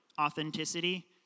authenticity